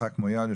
יצחק מויאל,